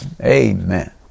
Amen